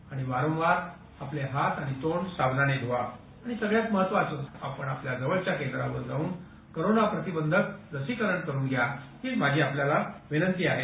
आणि वारंवार आपले हात आणि तोंड साबणाने धुवा आणि सगळ्यात महत्वाचं आपण आपल्या जवळच्या केंद्रावर जाऊन कोरोना प्रतिबंधक लसीकरण करुन घ्या इतकीच माझी आपल्याला विनंती आहे